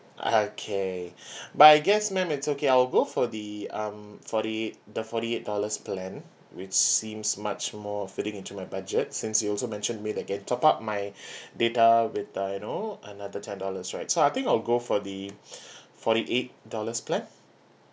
okay but I guess ma'am it's okay I'll go for the um forty eight the forty eight dollars plan which seems much more fitting in to my budget since you also mentioned that I get top up my data with the you know another ten dollars right so I think I'll go for the forty eight dollars plan